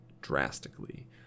drastically